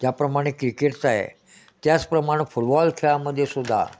ज्याप्रमाणे क्रिकेटचं आहे त्याचप्रमाणं फुटबॉल खेळामध्ये सुुद्धा